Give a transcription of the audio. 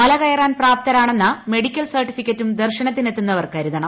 മല കയറാൻ പ്രാപ്തരാണെ മെഡിക്കൽ സർട്ടിഫിക്കറ്റും ദർശനത്തിനെത്തുന്നവർ കരുതണം